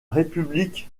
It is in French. république